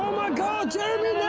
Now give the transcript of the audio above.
god! jeremy,